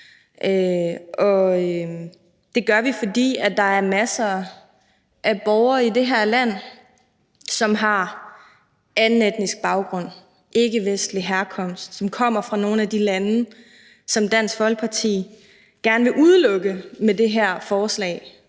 Det gør vi, fordi der er masser af borgere i det her land, som har anden etnisk baggrund, ikkevestlig herkomst, og som kommer fra nogle af de lande, hvis befolkning Dansk Folkeparti med det her forslag